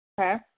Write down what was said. Okay